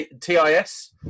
tis